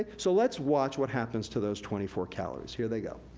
ah so let's watch what happens to those twenty four calories. here they go.